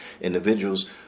individuals